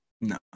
No